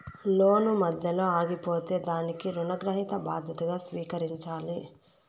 లోను మధ్యలో ఆగిపోతే దానికి రుణగ్రహీత బాధ్యతగా స్వీకరించాలి